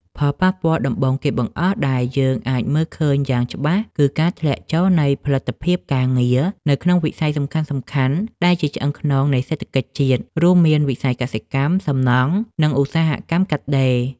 ផលប៉ះពាល់ដំបូងគេបង្អស់ដែលយើងអាចមើលឃើញយ៉ាងច្បាស់ គឺការធ្លាក់ចុះនៃផលិតភាពការងារនៅក្នុងវិស័យសំខាន់ៗដែលជាឆ្អឹងខ្នងនៃសេដ្ឋកិច្ចជាតិ រួមមានវិស័យកសិកម្ម សំណង់ និងឧស្សាហកម្មកាត់ដេរ។